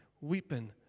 weeping